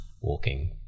walking